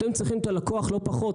אתם צריכים את הלקוח לא פחות.